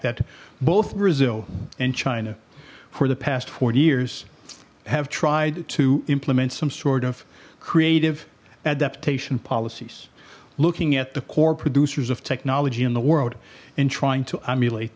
that both brazil and china for the past forty years have tried to implement some sort of creative adaptation policies looking at the core producers of technology in the world and trying to emulate